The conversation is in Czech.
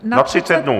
Na 30 dnů.